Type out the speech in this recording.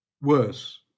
worse